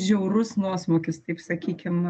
žiaurus nuosmūkis taip sakykim